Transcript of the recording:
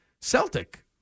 Celtic